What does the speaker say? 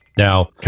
Now